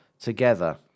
together